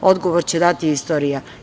Odgovor će dati istorija.